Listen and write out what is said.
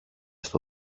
στο